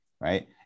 right